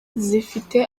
zifite